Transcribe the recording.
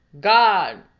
God